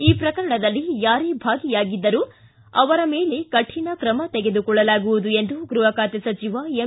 ಈ ಪ್ರಕರಣದಲ್ಲಿ ಯಾರೇ ಭಾಗಿಯಾಗಿದ್ದರೂ ಅವರ ಮೇಲೆ ಕಠಿಣ ಕ್ರಮ ತೆಗೆದುಕೊಳ್ಳಲಾಗುವುದು ಎಂದು ಗೃಹ ಖಾತೆ ಸಚಿವ ಎಂ